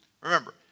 Remember